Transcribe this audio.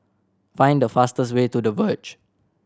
find the fastest way to The Verge